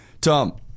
Tom